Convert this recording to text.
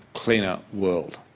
cleaner world